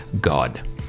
God